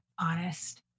honest